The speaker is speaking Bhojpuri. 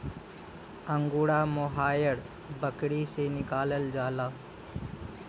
अंगूरा मोहायर बकरी से निकालल जाला